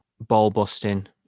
ball-busting